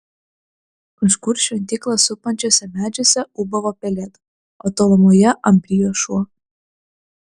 kažkur šventyklą supančiuose medžiuose ūbavo pelėda o tolumoje ambrijo šuo